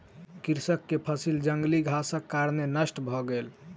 कृषक के फसिल जंगली घासक कारणेँ नष्ट भ गेल